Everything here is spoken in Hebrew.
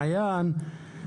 מעין,